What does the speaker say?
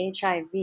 HIV